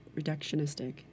reductionistic